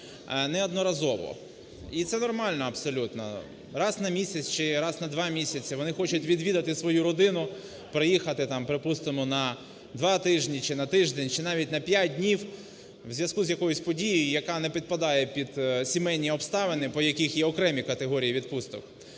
неодноразово. І це нормально абсолютно, раз на місяць чи раз на два місяці вони хочуть відвідати свою родину, приїхати там, припустимо, на два тижні чи на тиждень, чи навіть на 5 днів, у зв'язку з якоюсь подією, яка не підпадає під сімейні обставини, по яких є окремі категорії відпусток.